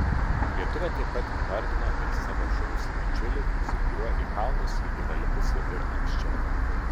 lietuvė taip pat įvardino ir savo žuvusį bičiulį su kuriuo į kalnus ji yra lipusi ir anksčiau